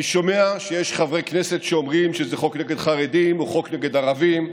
אני שומע שיש חברי כנסת שאומרים שזה חוק נגד חרדים או חוק נגד ערבים,